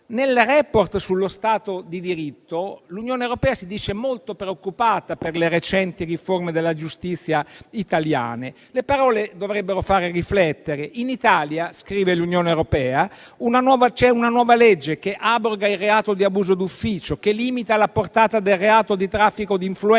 nel *report* sullo Stato di diritto, l'Unione europea si dice molto preoccupata per le recenti riforme della giustizia italiane. Le parole dovrebbero far riflettere. In Italia - scrive l'Unione europea - c'è una nuova legge che abroga il reato di abuso d'ufficio, che limita la portata del reato di traffico di influenza;